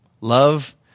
Love